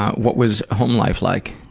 what was home life like?